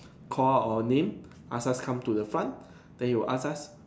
call out our name ask us come to the front then he will ask us